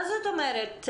מה זאת אומרת מנועה?